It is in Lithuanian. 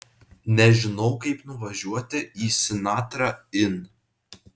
nežinau kaip nuvažiuoti į sinatra inn